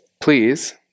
Please